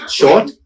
short